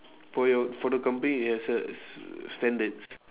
for your for the company it has a s~ standards